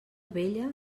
vella